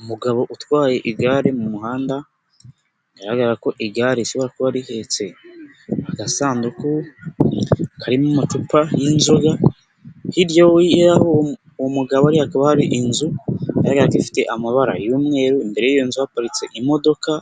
Umugabo utwaye igare mu muhanda, bigaragara ko igare rishobora kuba rihetse agasanduku karimo amacupa y'inzoga, hirya y'aho uwo mugabo hakaba hari inzu, ifite amabara y'umweru, imbere y'iyo nzu haparitse imodoka